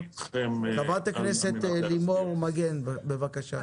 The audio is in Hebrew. חברת הכנסת לימור מגן, בבקשה.